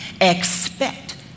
expect